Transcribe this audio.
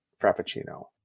frappuccino